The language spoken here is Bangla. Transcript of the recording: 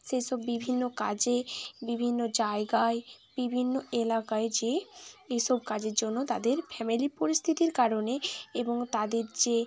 সেই সব বিভিন্ন কাজে বিভিন্ন জায়গায় বিভিন্ন এলাকায় যেয়ে এই সব কাজের জন্য তাদের ফ্যামিলির পরিস্থিতির কারণে এবং তাদের যে